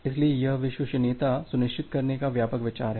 इसलिए यह विश्वसनीयता सुनिश्चित करने का व्यापक विचार है